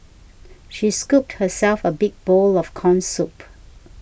she scooped herself a big bowl of Corn Soup